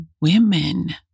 women